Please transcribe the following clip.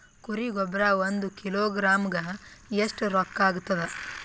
ಕುರಿ ಗೊಬ್ಬರ ಒಂದು ಕಿಲೋಗ್ರಾಂ ಗ ಎಷ್ಟ ರೂಕ್ಕಾಗ್ತದ?